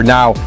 Now